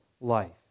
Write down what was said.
life